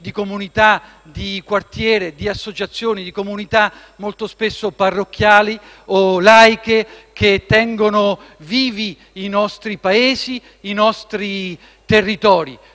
di comunità, di quartiere, di associazioni, molto spesso parrocchiali o laiche che tengono vivi i nostri Paesi e i nostri territori.